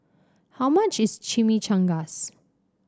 how much is Chimichangas